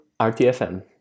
rtfm